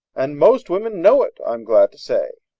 and most women know it, i'm glad to say.